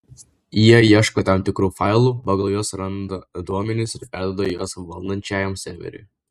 jie ieško tam tikrų failų pagal juos randa duomenis ir perduoda juos valdančiajam serveriui